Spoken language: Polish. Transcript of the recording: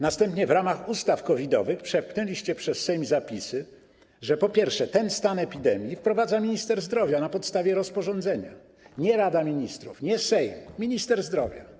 Następnie w ramach ustaw COVID-owych przepchnęliście przez Sejm zapisy, że po pierwsze stan epidemii wprowadza minister zdrowia na podstawie rozporządzenia - nie Rada Ministrów, nie Sejm, minister zdrowia.